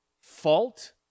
fault